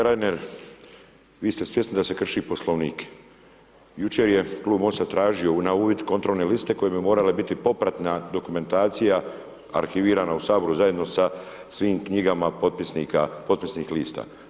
Kolega Reiner, vi ste svjesni da se krši Poslovnik, jučer je klub MOST-a tražio na uvid kontrolne liste koje bi morale biti popratna dokumentacija arhivirana u Saboru zajedno sa svim knjigama potpisnih lista.